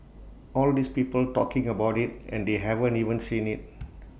all these people talking about IT and they haven't even seen IT